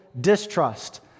distrust